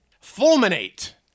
Fulminate